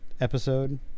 episode